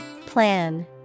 Plan